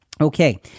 Okay